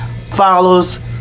follows